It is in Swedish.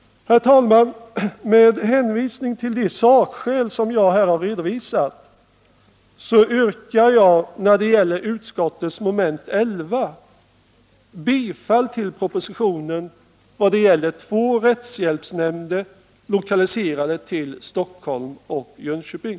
Herr talman! Med hänvisning till de sakskäl jag här har redovisat yrkar jag när det gäller moment 11 i utskottets hemställan bifall till propositionens förslag om två rättshjälpsnämnder, lokaliserade till Stockholm och Jönköping.